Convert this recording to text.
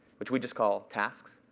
which we just call tasks.